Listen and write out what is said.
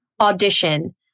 audition